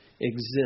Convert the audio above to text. exist